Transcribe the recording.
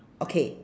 okay